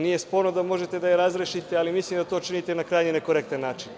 Nije sporno da možete da je razrešite, ali mislim da to činite na krajnje nekorektan način.